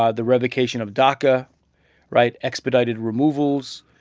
ah the revocation of daca right? expedited removals.